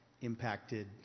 impacted